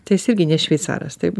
tai jis irgi ne šveicaras taip